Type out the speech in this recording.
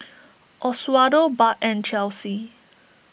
Oswaldo Bart and Chelsey